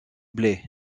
blaye